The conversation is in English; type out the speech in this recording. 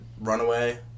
Runaway